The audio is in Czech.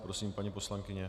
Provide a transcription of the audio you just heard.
Prosím, paní poslankyně.